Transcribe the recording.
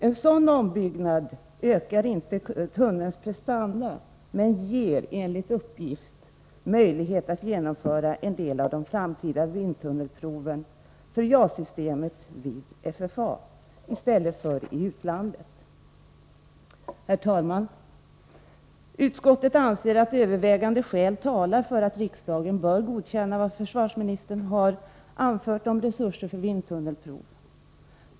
En sådan ombyggnad ökar inte tunnelns prestanda men ger, enligt uppgift, möjlighet att genomföra en del av de framtida vindtunnelproven för JAS-systemet vid FFA i stället för i utlandet. Herr talman! Utskottet anser att övervägande skäl talar för att riksdagen bör godkänna vad försvarsministern har anfört om resurser för vindtunnelprov.